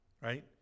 right